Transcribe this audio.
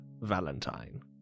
Valentine